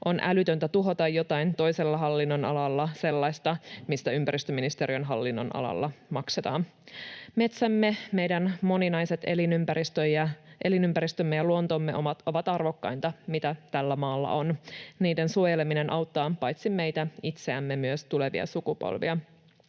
On älytöntä tuhota toisella hallinnonalalla jotain sellaista, mistä ympäristöministeriön hallinnonalalla maksetaan. Metsämme, meidän moninaiset elinympäristömme ja luontomme, ovat arvokkainta, mitä tällä maalla on. Niiden suojeleminen auttaa paitsi meitä itseämme myös tulevia sukupolvia.